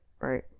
right